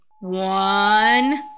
One